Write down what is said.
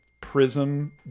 Prism